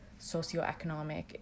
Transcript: socioeconomic